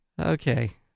Okay